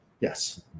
Yes